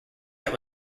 that